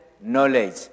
knowledge